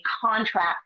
contract